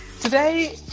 Today